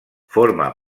forma